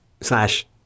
slash